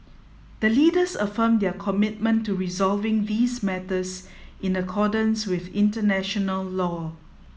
the Leaders affirmed their commitment to resolving these matters in accordance with international law